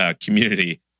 community